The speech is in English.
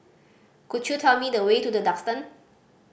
could you tell me the way to The Duxton